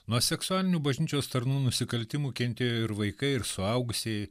nuo seksualinių bažnyčios tarnų nusikaltimų kentėjo ir vaikai ir suaugusieji